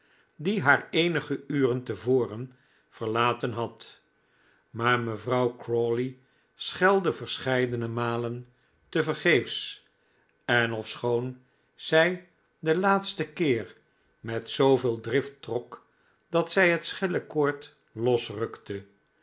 die do oo haar eenige uren te voren verlaten had maar mevrouw crawley schelde verscheidene malen tevergeefs en ofschoon zij den laatsten keer met zooveel drift trok dat zij het schellekoord losrukte